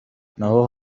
n’aho